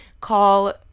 call